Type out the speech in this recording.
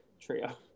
trio